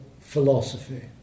philosophy